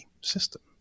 system